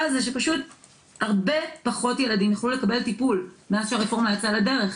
זה שפשוט הרבה פחות יכלו לקבל טיפול מאז שהרפורמה יצאה לדרך.